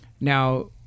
now